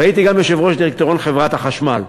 והייתי גם יושב-ראש דירקטוריון חברת החשמל,